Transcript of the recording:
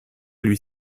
lui